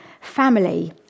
family